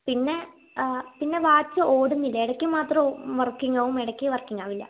പിന്നെ പിന്നെ വാച്ച് ഓടുന്നില്ല ഇടയ്ക്ക് മാത്രം വർക്കിങ്ങ് ആവും ഇടയ്ക്ക് വർക്കിങ്ങ് ആവില്ല